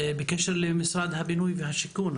בקשר למשרד הבינוי והשיכון,